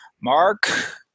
Mark